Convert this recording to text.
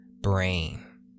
brain